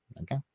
okay